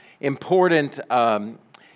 important